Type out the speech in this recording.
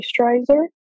moisturizer